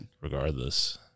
Regardless